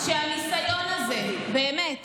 אני רוצה להגיד לך,